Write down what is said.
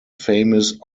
famous